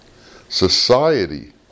society